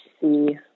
see